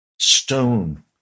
Stone